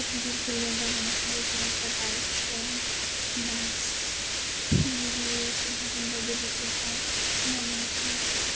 क'क्राझार जिल्लायाव दावबायनाय खाबुफोरा जाबाय ट्रेन बास रैलवे स्टेशन बादि बिदियाव दावबायनाय खाबुफोर